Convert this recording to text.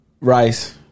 Rice